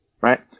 Right